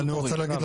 תיירות